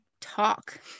talk